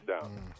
down